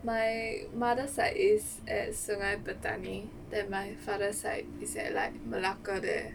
my mother's side is at sungei petani then my father side is at like malacca there